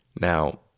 Now